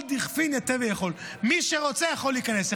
"כל דכפין ייתי וייכל", מי שרוצה יכול להיכנס.